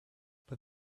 but